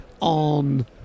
on